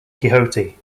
quixote